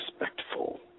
respectful